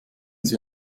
sie